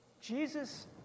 Jesus